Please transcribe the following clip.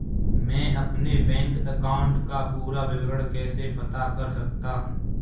मैं अपने bank account का पूरा विवरण कैसे पता कर सकता हूँ?